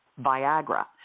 Viagra